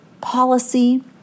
policy